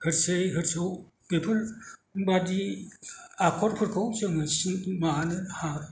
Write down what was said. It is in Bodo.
ओ औ बेफोरबादि आखरफोरखौ सिनायनो हागोन